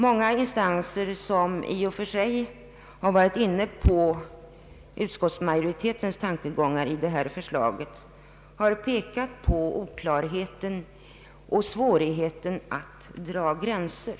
Många instanser, som varit inne på utskottsmajoritetens tankegångar, har pekat på oklarheter och svårigheten att dra gränser.